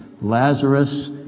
Lazarus